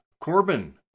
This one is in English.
Corbin